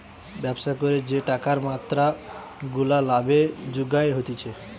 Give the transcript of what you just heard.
ব্যবসা করে যে টাকার মাত্রা গুলা লাভে জুগার হতিছে